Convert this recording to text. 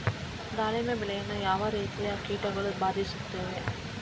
ದಾಳಿಂಬೆ ಬೆಳೆಯನ್ನು ಯಾವ ರೀತಿಯ ಕೀಟಗಳು ಬಾಧಿಸುತ್ತಿವೆ?